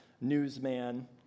newsman